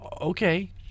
okay